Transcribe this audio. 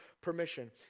permission